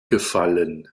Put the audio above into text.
gefallen